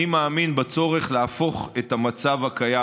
אני מאמין בצורך להפוך את המצב הקיים,